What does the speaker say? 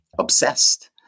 Obsessed